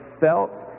felt